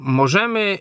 możemy